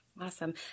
Awesome